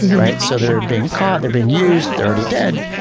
right? so they're being caught, they're being used, they're already dead.